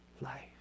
life